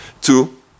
Two